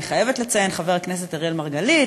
אני חייבת לציין את חבר הכנסת אראל מרגלית,